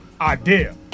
Idea